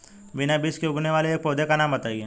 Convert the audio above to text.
बिना बीज के उगने वाले एक पौधे का नाम बताइए